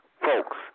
Folks